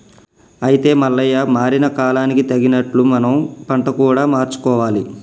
అయితే మల్లయ్య మారిన కాలానికి తగినట్లు మనం పంట కూడా మార్చుకోవాలి